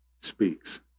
Speaks